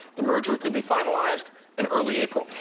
the merger could be finalized in early april.